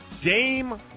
Dame